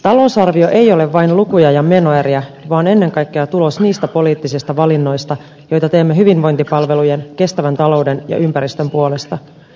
talousarvio ei ole vain lukuja ja menoeriä vaan ennen kaikkea tulos niistä poliittisista valinnoista joita teemme hyvinvointipalvelujen kestävän talouden ja ympäristön puolesta